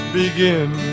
begin